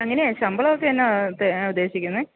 എങ്ങനെയാണ് ശമ്പളം ഒക്കെ എന്നതാണ് തരാന് ഉദ്ദേശിക്കുന്നത്